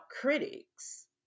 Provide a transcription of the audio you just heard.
critics